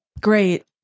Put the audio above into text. great